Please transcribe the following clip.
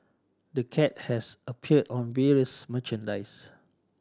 the cat has appeared on various merchandise